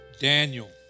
Daniel